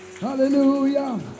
hallelujah